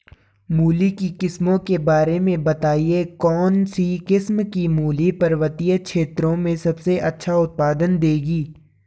मूली की किस्मों के बारे में बताइये कौन सी किस्म की मूली पर्वतीय क्षेत्रों में सबसे अच्छा उत्पादन देंगी?